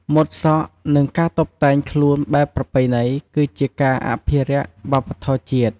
ម៉ូតសក់និងការតុបតែងខ្លួនបែបប្រពៃណីគឺជាការអភិរក្សវប្បធម៌ជាតិ។